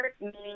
meaning